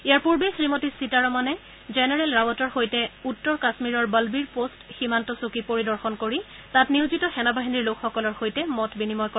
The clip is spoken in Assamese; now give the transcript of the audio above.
ইয়াৰ পূৰ্বে শ্ৰীমতী সীতাৰমণে জেনেৰেল ৰাৱতৰ সৈতে উত্তৰ কাশ্মীৰৰ বলবীৰ পষ্ট সীমান্ত চকী পৰিদৰ্শন কৰি তাত নিয়োজিত সেনাবাহিনীৰ লোকসকলৰ সৈতে মত বিনিময় কৰে